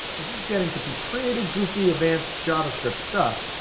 this is getting to be pretty goofy advanced javascript stuff,